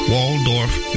Waldorf